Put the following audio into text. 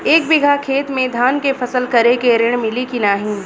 एक बिघा खेत मे धान के फसल करे के ऋण मिली की नाही?